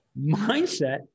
mindset